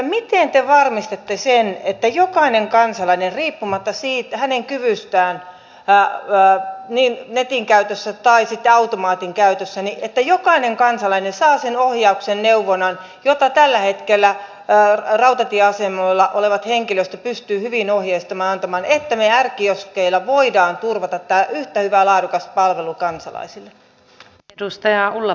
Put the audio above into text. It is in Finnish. miten te varmistatte sen että jokainen kansalainen riippumatta hänen kyvystään netin käytössä tai sitten automaatin käytössä saa sen ohjauksen ja neuvonnan jota tällä hetkellä rautatieasemilla oleva henkilöstö pystyy ohjeistamaan ja antamaan jotta me r kioskeilla voimme turvata tämän yhtä hyvän laadukkaan palvelun kansalaisille